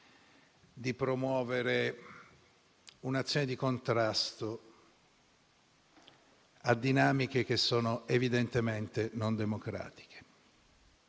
di promuovere un'azione di contrasto a dinamiche che sono, evidentemente, non democratiche.